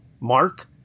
Mark